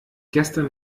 gestern